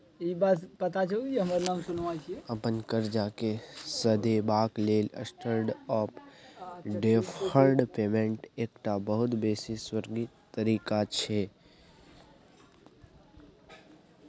अपन करजा केँ सधेबाक लेल स्टेंडर्ड आँफ डेफर्ड पेमेंट एकटा बहुत बेसी स्वीकृत तरीका छै